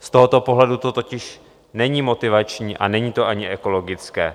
Z tohoto pohledu to totiž není motivační a není to ani ekologické.